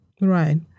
right